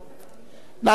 נא לצלצל.